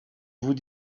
vous